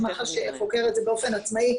מח"ש חוקר את זה באופן עצמאי,